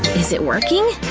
is it working?